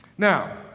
Now